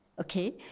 Okay